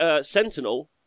Sentinel